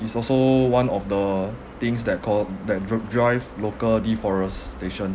is also one of the things that cau~ that dr~ drive local deforestation